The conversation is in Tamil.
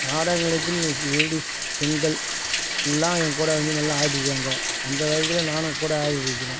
நாடகத்தில் லேடிஸ் பெண்கள் எல்லாம் எங்கள் கூட வந்து நல்லா ஆடி இருக்காங்க அந்த வகையில் நானும் கூட ஆடி இருக்குறேன்